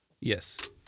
Yes